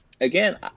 again